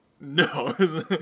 No